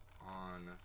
on